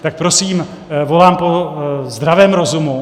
Tak prosím volám po zdravém rozumu.